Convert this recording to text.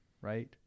right